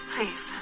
Please